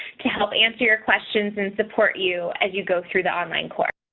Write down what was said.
to help answer your questions and support you as you go through the online course.